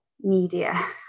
media